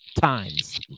times